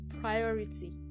priority